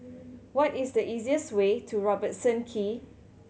what is the easiest way to Robertson Quay